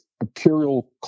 imperial